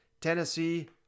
Tennessee